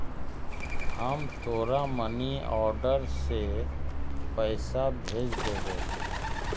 हम तोरा money order से पइसा भेज देबो